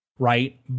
Right